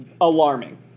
alarming